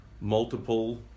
multiple